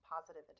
positive